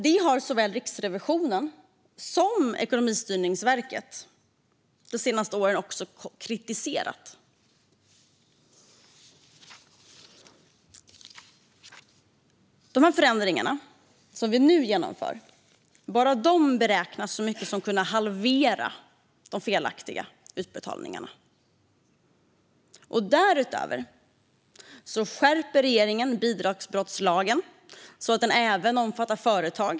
Detta har såväl Riksrevisionen som Ekonomistyrningsverket de senaste åren också kritiserat. Bara de förändringar som vi nu genomför beräknas kunna så mycket som halvera de felaktiga utbetalningarna. Därutöver skärper regeringen bidragsbrottslagen, så att den även omfattar företag.